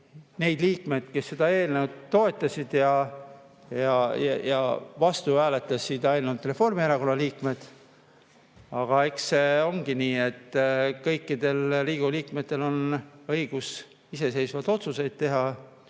neid liikmeid, kes seda eelnõu toetasid. Vastu hääletasid ainult Reformierakonna liikmed. Aga eks see ongi nii, et kõikidel Riigikogu liikmetel on õigus iseseisvaid otsuseid teha